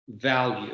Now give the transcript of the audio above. value